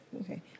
Okay